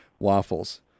Waffles